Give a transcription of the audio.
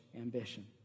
ambition